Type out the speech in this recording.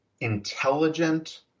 intelligent